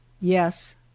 yes